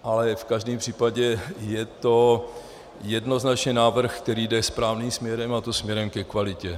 Ale v každém případě je to jednoznačně návrh, který jde správným směrem, a to směrem ke kvalitě.